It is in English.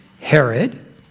Herod